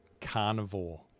Carnivore